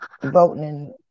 voting